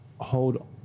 hold